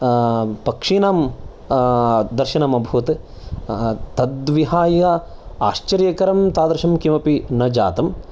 पक्षीणां दर्शनम् अभवत् तद्विहाय आश्चर्यकरं तादृशं किमपि न जातम्